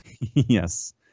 Yes